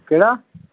ਕਿਹੜਾ